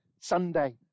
Sunday